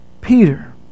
Peter